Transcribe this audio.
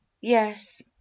Yes